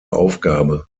aufgabe